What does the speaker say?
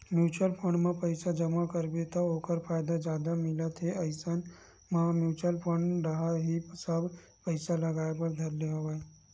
mutual fund म पइसा जमा करबे त ओखर फायदा जादा मिलत हे इसन म म्युचुअल फंड डाहर ही सब पइसा लगाय बर धर ले हवया